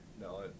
No